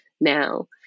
now